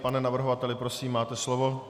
Pane navrhovateli, prosím, máte slovo.